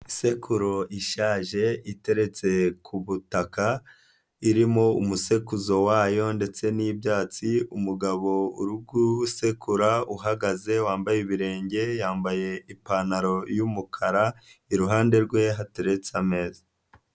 Isekuru ishaje iteretse ku butaka irimo umusekuzo wayo ndetse n'ibyatsi, umugabo uri gusekura uhagaze wambaye ibirenge, yambaye ipantaro y'umukara iruhande rwe hateretse ameza.